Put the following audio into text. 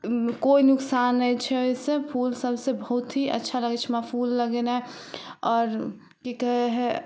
कोइ नुकसान नहि छै से फूल सबसे बहुत ही अच्छा लगै छै हमरा फूल लगेनाइ आओर कि कहै हइ